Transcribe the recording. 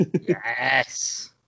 Yes